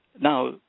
Now